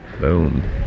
boom